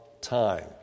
time